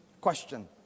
question